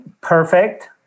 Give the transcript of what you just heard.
perfect